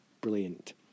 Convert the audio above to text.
brilliant